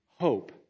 hope